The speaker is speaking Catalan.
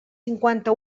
cinquanta